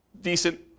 decent